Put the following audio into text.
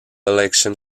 election